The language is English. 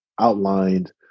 outlined